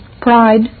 pride